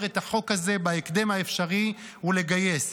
את החוק הזה בהקדם האפשרי ולגייס.